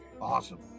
Awesome